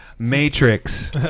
Matrix